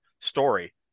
story